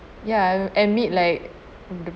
ya admit like